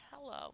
Hello